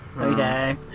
Okay